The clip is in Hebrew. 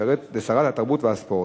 לשרת התרבות והספורט.